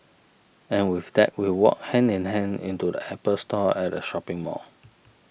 and with that we walked hand in hand into the Apple Store at the shopping mall